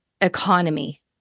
economy